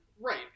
right